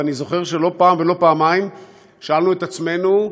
ואני זוכר שלא פעם ולא פעמיים שאלנו את עצמנו,